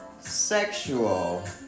Sexual